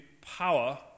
power